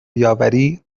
بیاوری